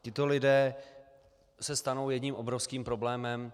Tito lidé se stanou jedním obrovským problémem.